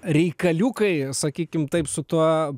reikaliukai sakykim taip su tuo